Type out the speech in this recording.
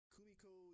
Kumiko